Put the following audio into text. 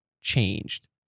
changed